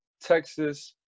Texas